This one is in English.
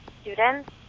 students